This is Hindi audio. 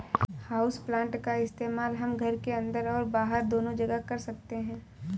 हाउसप्लांट का इस्तेमाल हम घर के अंदर और बाहर दोनों जगह कर सकते हैं